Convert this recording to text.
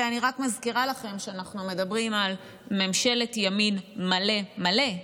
ואני רק מזכירה לכם שאנחנו מדברים על ממשלת ימין מלא מלא,